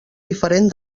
diferent